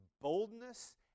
boldness